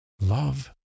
Love